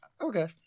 Okay